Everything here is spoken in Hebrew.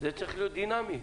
זה צריך להיות דינמי.